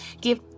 give